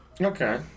Okay